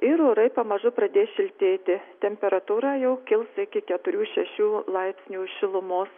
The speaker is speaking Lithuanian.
ir orai pamažu pradės šiltėti temperatūra jau kils iki keturių šešių laipsnių šilumos